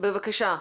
בבקשה,